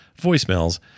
voicemails